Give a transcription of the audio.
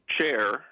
chair